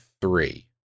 three